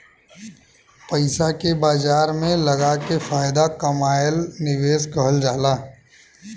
पइसा के बाजार में लगाके फायदा कमाएल निवेश कहल जाला